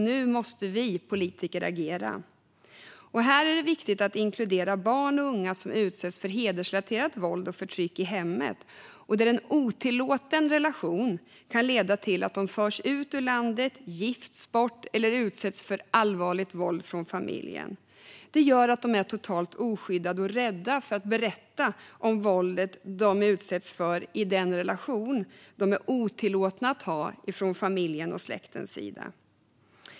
Nu måste vi politiker agera. Här är det viktigt att inkludera barn och unga som utsätts för hedersrelaterat våld och förtryck, där en otillåten relation kan leda till att de förs ut ur landet, gifts bort eller utsätts för allvarligt våld av familjen. De är totalt oskyddade och rädda för att berätta att de utsätts för våld i en relation som familjen och släkten inte tillåter dem att ha.